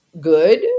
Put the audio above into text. good